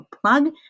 plug